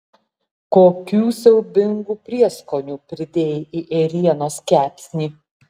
kokių siaubingų prieskonių pridėjai į ėrienos kepsnį